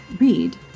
Read